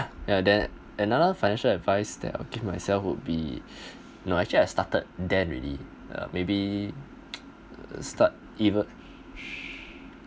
ya then another financial advice that I'd give myself would be no actually I started deem already uh maybe start